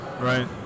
right